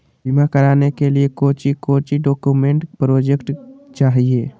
बीमा कराने के लिए कोच्चि कोच्चि डॉक्यूमेंट प्रोजेक्ट चाहिए?